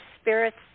spirits